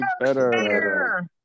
Better